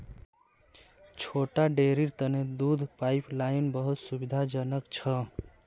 छोटा डेरीर तने दूध पाइपलाइन बहुत सुविधाजनक छ